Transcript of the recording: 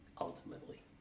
ultimately